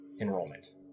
enrollment